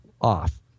off